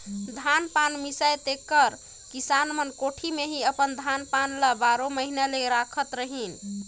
धान पान मिसाए तेकर किसान मन कोठी मे ही अपन धान पान ल बारो महिना ले राखत रहिन